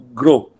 grow